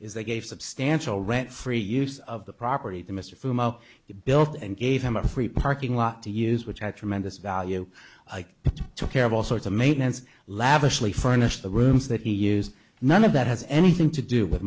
is they gave substantial rent free use of the property to mr fumo built and gave him a free parking lot to use which had tremendous value like took care of all sorts of maintenance lavishly furnished the rooms that he used none of that has anything to do with